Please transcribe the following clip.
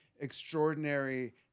extraordinary